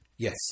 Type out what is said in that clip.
Yes